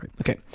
okay